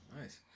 nice